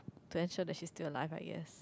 to ensure that she's still alive I guess